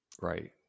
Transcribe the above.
Right